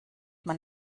man